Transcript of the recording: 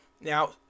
Now